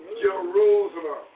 Jerusalem